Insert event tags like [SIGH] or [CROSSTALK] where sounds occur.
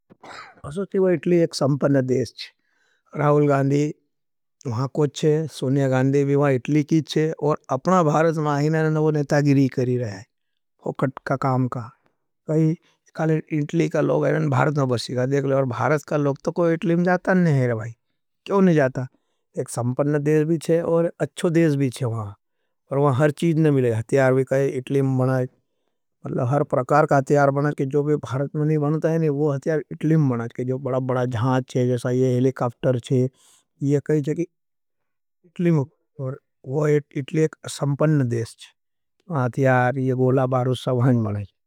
[NOISE] इटली एक संपन्य देश है। राहूल गांदी वहाँ कोछ है, सुनिया गांदे भी इटली की छे, और अपना भारत में आहिने नवो नेटागिरी करी रहे हैं। कालि इटली का लोग भारत में बसीगा, और भारत का लोग तो कोई इटली में जाता नहीं है रहा है, क्यों नहीं जाता? एक संपन्य देश भी है और अच्छो देश भी है वहाँ, और वहाँ हर चीज नहीं मिले, हतियार भी कहे, इटली में बना जाता है। सवहन मलई। बड़ा बड़ा जहाज छे, जाइसे की हेलिकाप्टर छे, हथियार जे गोल बारूद सब।